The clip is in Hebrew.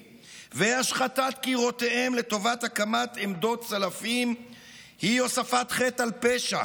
והשחתת קירותיהם לטובת הקמת עמדות צלפים היא הוספת חטא על פשע